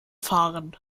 fahren